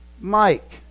Mike